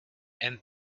and